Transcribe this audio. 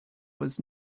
was